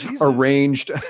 arranged